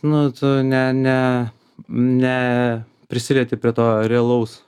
nu ne ne ne prisilieti prie to realaus